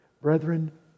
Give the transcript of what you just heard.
Brethren